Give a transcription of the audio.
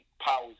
powers